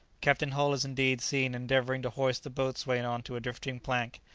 captain hull is indeed seen endeavouring to hoist the boatswain on to a drifting plank.